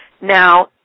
Now